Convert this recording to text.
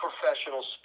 professional